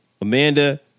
Amanda